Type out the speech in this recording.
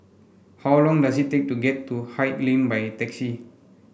how long does it take to get to Haig Lane by taxi